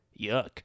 Yuck